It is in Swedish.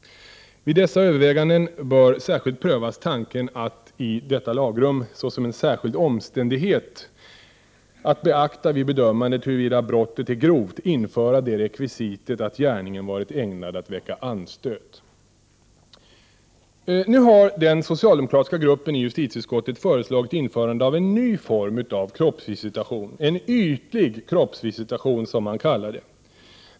Vid dessa överväganden bör särskilt prövas tanken att i detta lagrum, såsom en omständighet att beakta vid bedömandet huruvida brottet är grovt, införa det rekvisitet att gärningen varit ägnad att väcka anstöt. Nu har den socialdemokratiska gruppen i justitieutskottet föreslagit införande av en ny form av kroppsvisitation — en ytlig kroppsvisitation, som man kallar det.